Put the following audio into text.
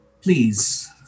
please